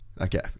okay